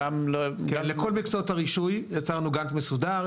לכל מקצועות הרישוי יצרנו גאנט מסודר.